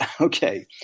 Okay